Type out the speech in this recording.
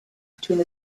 between